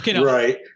right